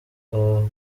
bwa